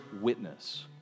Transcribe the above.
witness